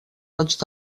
roig